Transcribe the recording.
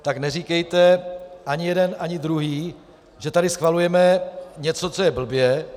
Tak neříkejte ani jeden ani druhý, že tady schvalujeme něco, co je blbě.